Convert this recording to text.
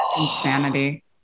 Insanity